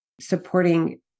supporting